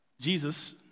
Jesus